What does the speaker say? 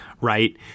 right